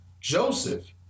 Joseph